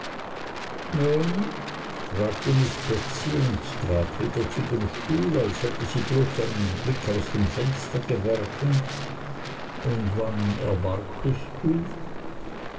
nun fragte miß betsey und trat wieder zu dem stuhl als hätte sie bloß einen blick aus dem fenster geworfen und wann erwartest du